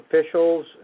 officials